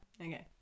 Okay